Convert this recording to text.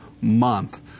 month